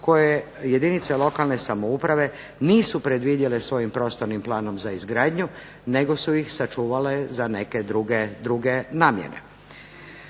koje jedinice lokalne samouprave nisu predvidjele svojim prostornim planom za izgradnju nego su ih sačuvale za neke druge namjene.